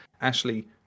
Ashley